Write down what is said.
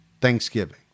Thanksgiving